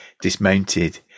dismounted